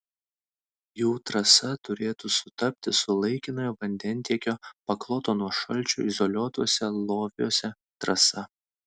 jų trasa turėtų sutapti su laikinojo vandentiekio pakloto nuo šalčio izoliuotuose loviuose trasa